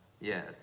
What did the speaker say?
Yes